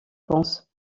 pense